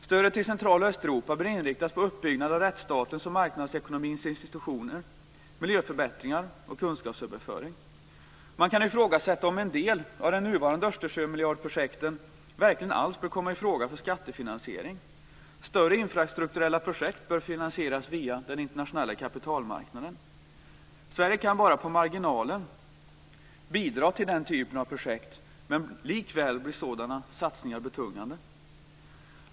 Stödet till Central och Östeuropa bör inriktas på uppbyggnad av rättsstatens och marknadsekonomins institutioner, på miljöförbättringar och på kunskapsöverföring. Man kan ifrågasätta om en del av de nuvarande Östersjömiljardprojekten verkligen alls bör komma i fråga för skattefinansiering. Större infrastrukturella projekt bör finansieras via den internationella kapitalmarknaden. Sverige kan bara på marginalen bidra till den typen av projekt. Likväl blir sådana satsningar betungande.